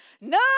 No